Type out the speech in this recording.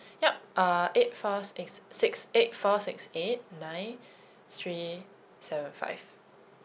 yup uh eight four six six eight four six eight nine three seven five